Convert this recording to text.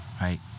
right